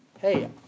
hey